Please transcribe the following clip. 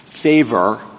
favor